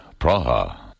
Praha